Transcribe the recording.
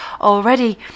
already